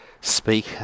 speak